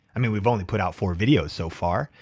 i mean, we've only put out four videos so far,